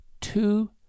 two